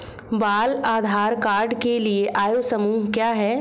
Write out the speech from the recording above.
बाल आधार कार्ड के लिए आयु समूह क्या है?